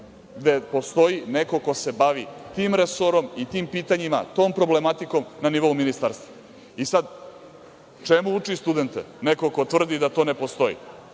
gde postoji neko ko se bavi tim resorom, tim pitanjima i tom problematikom na nivou ministarstva. Sad, čemu uči studente neko ko tvrdi da to ne postoji,